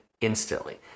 instantly